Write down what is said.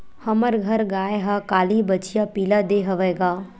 हमर घर गाय ह काली बछिया पिला दे हवय गा